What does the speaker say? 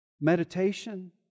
meditation